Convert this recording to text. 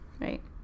right